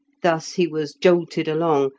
thus he was jolted along,